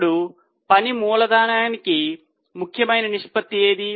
ఇప్పుడు పని మూలధనానికి ముఖ్యమైన నిష్పత్తి ఏది